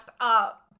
up